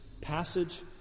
passage